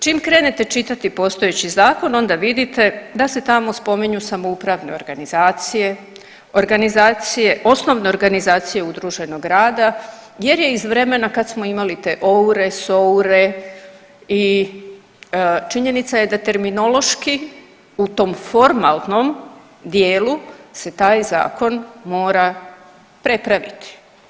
Čim krenete čitati postojeći zakon, onda vidite da se tamo spominju samoupravne organizacije, organizacije, osnovne organizacije udruženog rada jer je iz vremena kad smo imali te OUR-e, SOUR-e i činjenica je da terminološki u tom formalnom dijelu se taj zakon mora prepraviti.